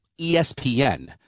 ESPN